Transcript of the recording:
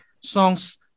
songs